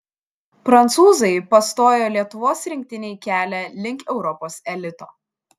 prancūzai pastojo lietuvos rinktinei kelią link europos elito